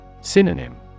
Synonym